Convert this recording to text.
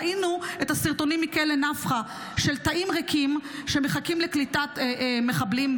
ראינו את הסרטונים מכלא נפחא של תאים ריקים שמחכים לקליטת מחבלים.